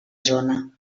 zona